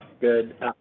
good